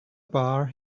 bar